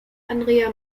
andrea